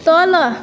तल